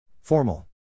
Formal